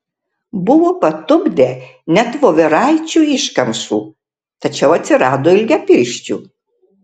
buvo patupdę net voveraičių iškamšų tačiau atsirado ilgapirščių